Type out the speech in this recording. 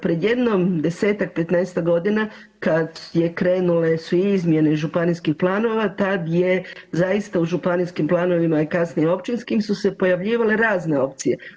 Pred jedno 10-tak, 15-tak godina kada su krenule izmjene županijskih planova tada je zaista u županijskim planovima i kasnije općinskim su se pojavljivale razne opcije.